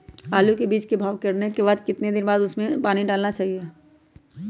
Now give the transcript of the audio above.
आलू के बीज के भाव करने के बाद कितने दिन बाद हमें उसने पानी डाला चाहिए?